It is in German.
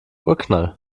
urknall